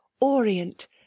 orient